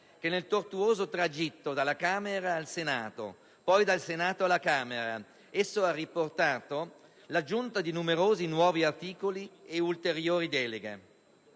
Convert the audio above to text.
che nel tortuoso tragitto dalla Camera al Senato e poi dal Senato alla Camera, il provvedimento ha riportato l'aggiunta di numerosi nuovi articoli e ulteriori deleghe.